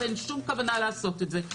ואין שום כוונה לעשות את זה.